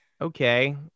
Okay